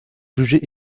juger